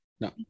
No